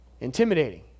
intimidating